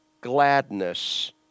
gladness